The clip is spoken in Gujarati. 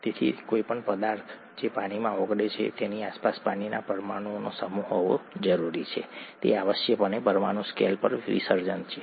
તેથી કોઈપણ પદાર્થ જે પાણીમાં ઓગળે છે તેની આસપાસ પાણીના પરમાણુઓનો સમૂહ હોવો જરૂરી છે તે આવશ્યકપણે પરમાણુ સ્કેલ પર વિસર્જન છે